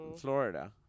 florida